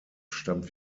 stammt